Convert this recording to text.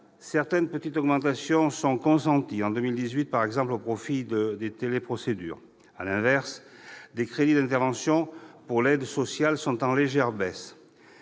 certaines petites augmentations sont consenties en 2018, par exemple au profit des téléprocédures. À l'inverse, les crédits d'intervention pour l'aide sociale sont en légère baisse.